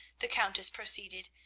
the countess proceeded,